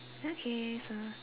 okay so